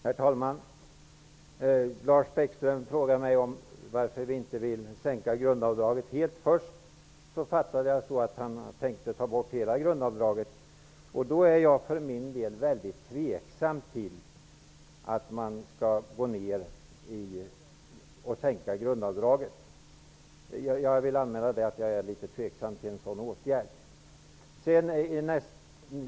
Herr talman! Lars Bäckström frågar varför vi inte vill sänka grundavdraget. Först fattade jag det som om han ville ta bort hela grundavdraget. Jag vill anmäla att jag är litet tveksam till en sådan åtgärd.